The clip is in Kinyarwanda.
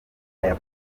aya